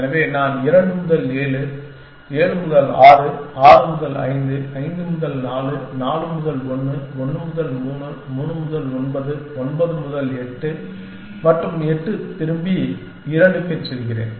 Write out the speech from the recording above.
எனவே நான் 2 முதல் 7 7 முதல் 6 6 முதல் 5 5 முதல் 4 4 முதல் 1 1 முதல் 3 3 முதல் 9 9 முதல் 8 மற்றும் 8 திரும்பி 2 க்கு செல்கிறேன்